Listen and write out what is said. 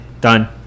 Done